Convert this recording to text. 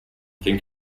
think